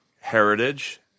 heritage